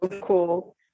cool